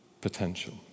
potential